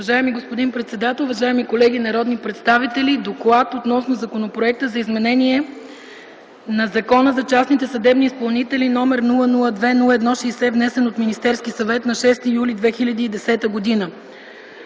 Уважаеми господин председател, уважаеми колеги народни представители! „ДОКЛАД относно Законопроекта за изменение на Закона за частните съдебни изпълнители, № 002-01-60, внесен от Министерския съвет на 6 юли 2010 г.